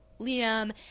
Liam